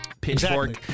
Pitchfork